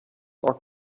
are